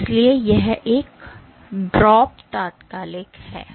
तो इसीलिए यह ड्रॉप तात्कालिक है